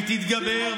היא תתגבר,